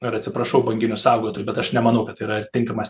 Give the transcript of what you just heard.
na ir atsiprašau banginių saugotojų bet aš nemanau kad tai yra tinkamas